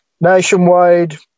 Nationwide